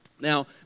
Now